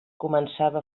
començava